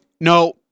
No